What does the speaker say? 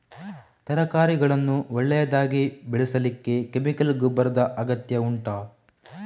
ತರಕಾರಿಗಳನ್ನು ಒಳ್ಳೆಯದಾಗಿ ಬೆಳೆಸಲಿಕ್ಕೆ ಕೆಮಿಕಲ್ ಗೊಬ್ಬರದ ಅಗತ್ಯ ಉಂಟಾ